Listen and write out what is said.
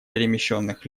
перемещенных